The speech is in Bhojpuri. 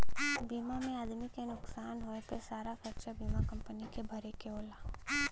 बीमा में आदमी के नुकसान होए पे सारा खरचा बीमा कम्पनी के भरे के होला